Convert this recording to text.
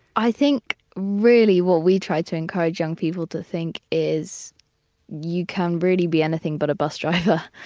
i think really what we try to encourage young people to think is you can really be anything but a bus driver.